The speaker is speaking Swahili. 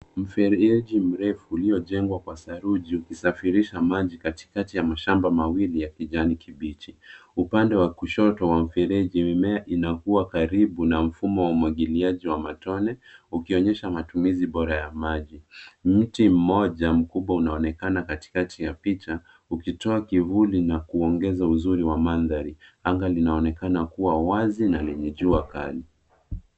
Mfereji mrefu uliojengwa kwa saruji, ukisafirisha maji katikati ya mashamba mawili ya kijani kibichi. Upande wa kushoto wa mfereji, mimea inakuwa karibu na mfumo wa umwagiliaji wa matone; ukionyesha matumizi bora ya maji. Mti mmoja mkubwa unaonekana katikati ya picha, ukitoa kivuli na kuongeza uzuri wa mandhari. Anga linaonekana kuwa wazi na lenye jua kali.